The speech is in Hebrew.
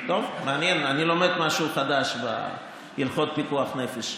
טוב, מעניין, אני לומד משהו חדש בהלכות פיקוח נפש,